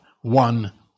one